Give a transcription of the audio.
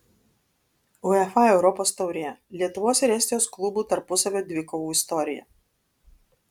uefa europos taurė lietuvos ir estijos klubų tarpusavio dvikovų istorija